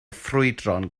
ffrwydron